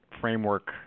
framework